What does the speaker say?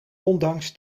ondanks